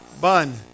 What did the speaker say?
bun